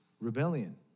rebellion